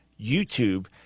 YouTube